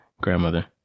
grandmother